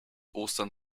ostern